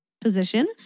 position